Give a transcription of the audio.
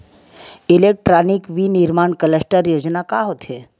Electronic विनीर्माण cluster योजना का होथे?